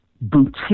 boutique